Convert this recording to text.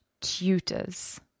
tutors